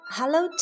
Hello